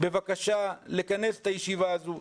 בבקשה לכנס את הישיבה הזאת.